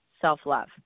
self-love